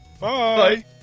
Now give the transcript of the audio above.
Bye